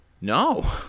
No